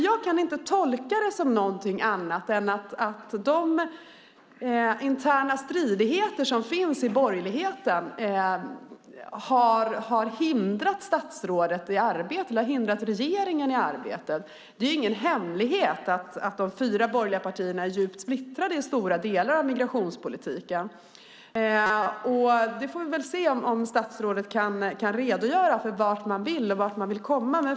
Jag kan inte tolka det som annat än att de interna strider som finns i borgerligheten har hindrat regeringen i arbetet. Det är ingen hemlighet att de fyra borgerliga partierna är djupt splittrade i delar av migrationspolitiken. Vi får väl se om statsrådet kan redogöra för vad man vill och vart man vill komma.